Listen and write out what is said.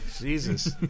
Jesus